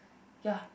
ya